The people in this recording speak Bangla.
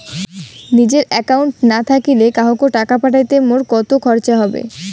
নিজের একাউন্ট না থাকিলে কাহকো টাকা পাঠাইতে মোর কতো খরচা হবে?